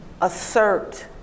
assert